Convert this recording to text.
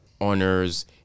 honors